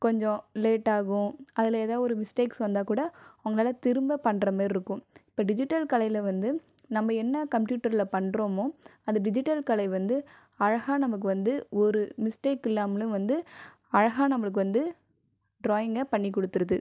கொஞ்சம் லேட் ஆகும் அதில் எதா ஒரு மிஸ்டேக்ஸ் வந்தால் கூட அவங்களால் திரும்ப பண்ணுற மாரி இருக்கும் இப்போ டிஜிட்டல் கலையில் வந்து நம்ம என்ன கம்ப்யூட்டரில் பண்ணுறோமோ அந்த டிஜிட்டல் கலை வந்து அழகாக நமக்கு வந்து ஒரு மிஸ்டேக் இல்லாமலும் வந்து அழகாக நம்மளுக்கு வந்து ட்ராயிங்கயை பண்ணி கொடுத்துடுது